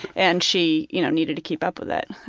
and she you know needed to keep up with it.